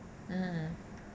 mm